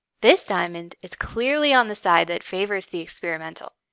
this diamond is clearly on the side that favors the experimental.